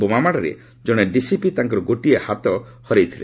ବୋମାମାଡ଼ରେ ଜଣେ ଡିସିପି ତାଙ୍କର ଗୋଟିଏ ହାତ ହରାଇଛନ୍ତି